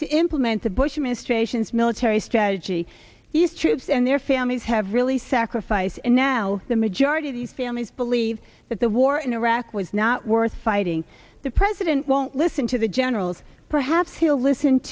to implement the bush administration's military strategy these troops and their families have really sacrifice and now the majority of the families believe that the war in iraq was not worth fighting the president won't listen to the generals perhaps he'll listen